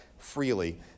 freely